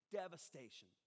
devastation